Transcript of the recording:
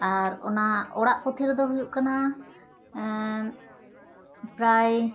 ᱟᱨ ᱚᱱᱟ ᱚᱲᱟᱜ ᱯᱚᱛᱷᱤ ᱨᱮᱫᱚ ᱦᱩᱭᱩᱜ ᱠᱟᱱᱟ ᱯᱨᱟᱭ